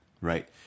right